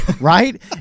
right